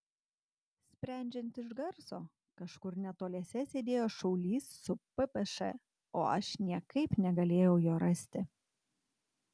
sprendžiant iš garso kažkur netoliese sėdėjo šaulys su ppš o aš niekaip negalėjau jo rasti